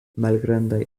malgrandaj